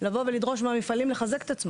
לא אמרתי שאין התרעה